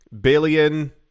billion